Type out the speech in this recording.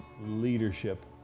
leadership